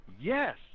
Yes